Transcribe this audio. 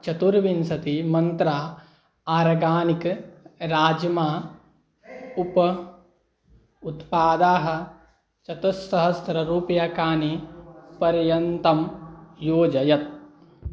चतुर्विंशति मन्त्राः आर्गानिक् राज्मा उप उत्पादाः चतुःसहस्ररूप्यकाणि पर्यन्तं योजय